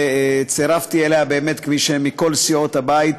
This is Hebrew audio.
וצירפתי אליה, באמת, מכל סיעות הבית.